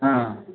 हाँ